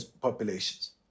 populations